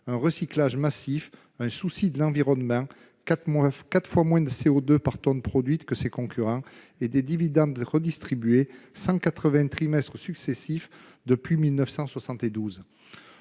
un recyclage massif, un souci de l'environnement, quatre fois moins de CO2 par tonne produite que ses concurrents et des dividendes redistribués durant 180 trimestres successifs depuis 1972.